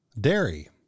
Dairy